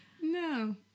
No